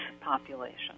population